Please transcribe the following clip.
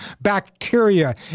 bacteria